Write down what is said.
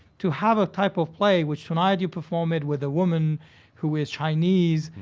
to have a type of play which tonight you perform it with a woman who is chinese,